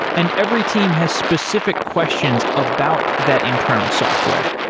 and every team has specific questions about that internal software.